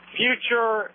future